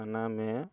खानामे